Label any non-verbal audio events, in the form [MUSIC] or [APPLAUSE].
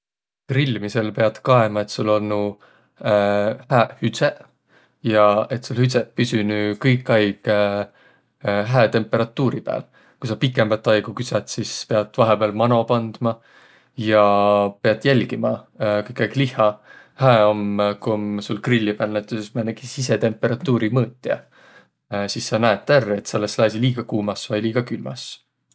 Grilmisel piät kaema, et sul olnu [HESITATION] hääq hüdseq ja et sul hüdse püsünüq kõik aig [HESITATION] hää temperatuuri pääl. Ku sa pikembät aigu küdsät, sis piät vahepääl mano pandma ja piät jälgimä [HESITATION] kõik aig lihha. Hää om, ku om sul grilli pääl näütüses määnegi sisetemperatuuri mõõtja. Sis sa näet ärq, et sul es lääsiq liiga kuumas vai liiga külmäs.